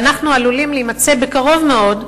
ואנחנו עלולים להימצא בקרוב מאוד,